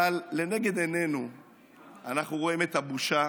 אבל לנגד עינינו אנחנו רואים את הבושה,